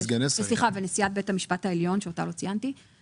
סליחה ואת נשיאת בית המשפט העליון שאותה לא ציינתי,